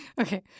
Okay